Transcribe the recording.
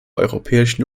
europäischen